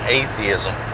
atheism